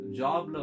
job